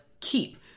keep